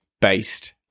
based